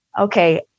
okay